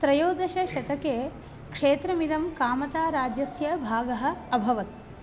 त्रयोदशशतके क्षेत्रमिदं कामताराज्यस्य भागः अभवत्